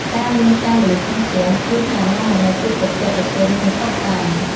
ការមានផ្កាម្លិះក្នុងផ្ទះ ជឿថានាំមកនូវភាពត្រជាក់ត្រជុំ និងសុខសាន្ត។